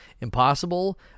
Impossible